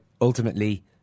Ultimately